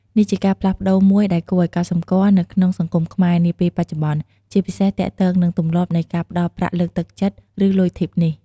នេះជាការផ្លាស់ប្ដូរមួយដែលគួរឲ្យកត់សម្គាល់នៅក្នុងសង្គមខ្មែរនាពេលបច្ចុប្បន្ន ជាពិសេសទាក់ទងនឹងទម្លាប់នៃការផ្ដល់ប្រាក់លើកទឹកចិត្តឬលុយធីបនេះ។